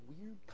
weird